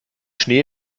schnee